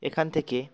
এখান থেকে